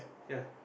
ya